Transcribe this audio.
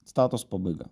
citatos pabaiga